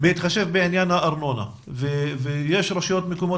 בתשלומי הארנונה - ויש רשויות מקומיות